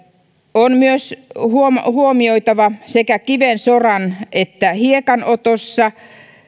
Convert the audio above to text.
on myös huomioitava huomioitava sekä kiven soran että hiekan otossa